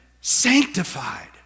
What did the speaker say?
sanctified